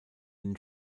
den